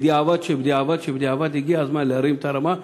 בדיעבד שבדיעבד שבדיעבד הגיע הזמן להרים את הרמה,